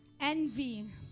envy